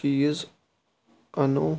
چیٖز اَنو